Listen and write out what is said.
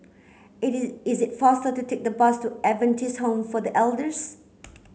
it is faster to take the bus to Adventist Home for the Elders